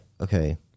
okay